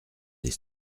des